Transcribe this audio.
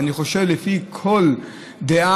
ואני חושב שלפי כל דעה,